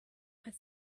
but